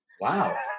Wow